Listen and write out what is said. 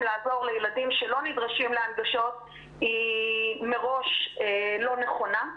לעזור לילדים שלא נדרשים להנגשות היא מראש לא נכונה.